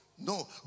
No